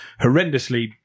horrendously